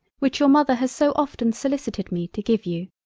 which your mother has so often solicited me to give you.